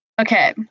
Okay